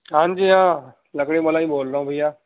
ہاں جی ہاں لکڑی والا ہی بول رہا ہوں بھیا